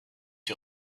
est